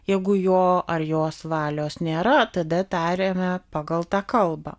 jeigu jo ar jos valios nėra tada tariame pagal tą kalbą